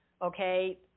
Okay